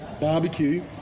Barbecue